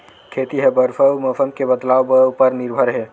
खेती हा बरसा अउ मौसम के बदलाव उपर निर्भर हे